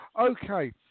okay